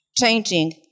changing